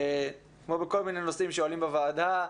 כמו בכל מיני נושאים שעולים בוועדה,